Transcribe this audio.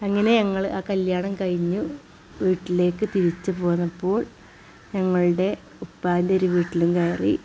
അങ്ങനെ ഞങ്ങള് ആ കല്യാണം കഴിഞ്ഞു വീട്ടിലേക്ക് തിരിച്ച് പോന്നപ്പോൾ ഞങ്ങളുടെ ഉപ്പാന്റൊരു വീട്ടിലും കയറി